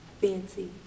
Fancy